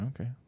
Okay